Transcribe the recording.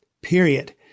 Period